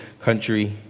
country